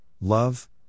love